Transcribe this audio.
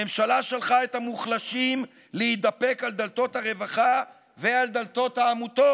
הממשלה שלחה את המוחלשים להתדפק על דלתות הרווחה ועל דלתות העמותות.